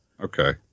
Okay